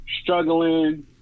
struggling